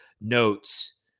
notes